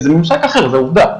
זה עובדה,